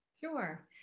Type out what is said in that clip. Sure